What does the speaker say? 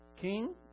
King